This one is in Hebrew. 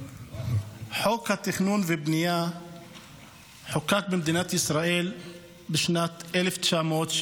חוק התכנון והבנייה חוקק במדינת ישראל בשנת 1965,